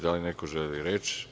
Da li neko želi reč?